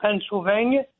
Pennsylvania